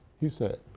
he said.